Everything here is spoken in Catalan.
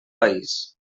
país